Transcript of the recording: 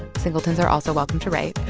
singletons are also welcome to write.